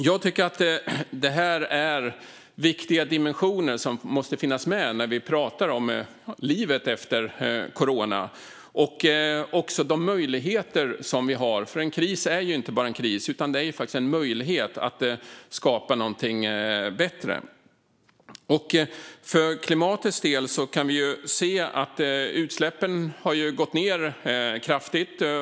Jag tycker att det här är viktiga dimensioner som måste finnas med när vi talar om livet efter corona och de möjligheter som vi då har - för en kris är ju inte bara en kris utan också en möjlighet att skapa någonting bättre. För klimatets del kan vi se att utsläppen har gått ned kraftigt.